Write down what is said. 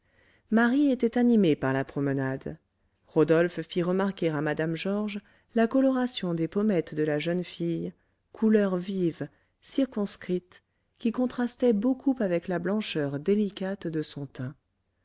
marie était animée par la promenade rodolphe fit remarquer à mme georges la coloration des pommettes de la jeune fille couleurs vives circonscrites qui contrastaient beaucoup avec la blancheur délicate de son teint